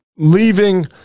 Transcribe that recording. leaving